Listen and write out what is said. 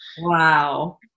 Wow